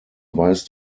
weist